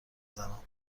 زنم